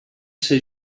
ser